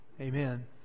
Amen